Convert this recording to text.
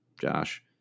Josh